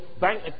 bank